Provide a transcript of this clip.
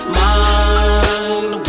mind